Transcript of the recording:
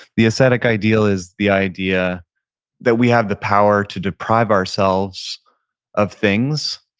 the ascetic ideal is the idea that we have the power to deprive ourselves of things,